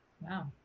Wow